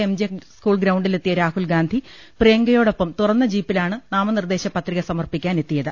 MJ school ഗ്രൌണ്ടിലെത്തിയ രാഹുൽ ഗാന്ധി പ്രിയ ങ്കയോടൊപ്പം തുറന്ന ജീപ്പിലാണ് നാമനിർദേശ പത്രിക സമർപ്പി ക്കാനെത്തിയത്